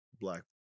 black